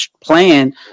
plan